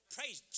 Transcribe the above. Praise